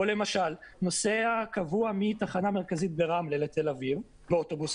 או למשל נוסע קבוע מתחנה מרכזית ברמלה לתל אביב באוטובוס,